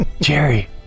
Jerry